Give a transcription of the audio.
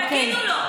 אוקיי.